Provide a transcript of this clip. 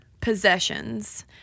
possessions